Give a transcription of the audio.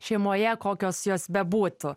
šeimoje kokios jos bebūtų